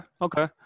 okay